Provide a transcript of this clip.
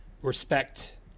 respect